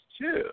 two